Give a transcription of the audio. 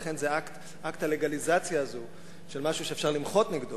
ולכן אקט הלגליזציה הזה של משהו שאפשר למחות נגדו,